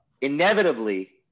inevitably